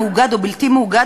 מואגד או בלתי מואגד,